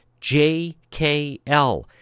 JKL